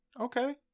Okay